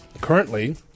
currently